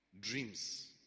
Dreams